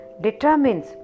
determines